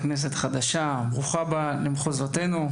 ברוכה הבאה למחוזותינו.